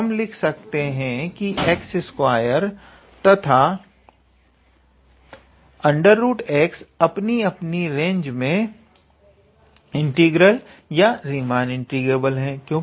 तो हम लिख सकते हैं की 𝑥2 तथा √𝑥 अपनी अपनी रेंज मे इंटीग्रल या रीमान इंटीग्रेबल हैं